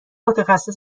متخصص